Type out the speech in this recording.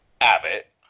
Abbott